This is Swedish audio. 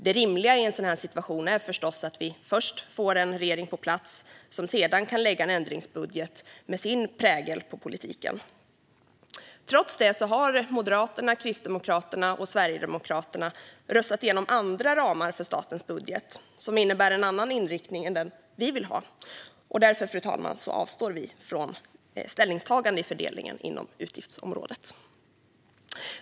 Det rimliga i en sådan situation är förstås att vi först får en regering på plats som sedan kan lägga fram en ändringsbudget med sin prägel på politiken. Trots det har Moderaterna, Kristdemokraterna och Sverigedemokraterna röstat igenom andra ramar för statens budget, som innebär en annan inriktning än den vi vill ha. Därför, fru talman, avstår vi från att göra ett ställningstagande i fråga om fördelningen inom utgiftsområdet.